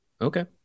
Okay